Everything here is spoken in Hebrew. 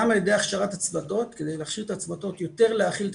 גם על ידי הכשרת הצוותות כדי להכשיר את הצוותות יותר להכיל את